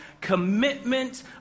commitment